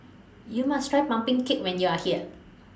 YOU must Try Pumpkin Cake when YOU Are here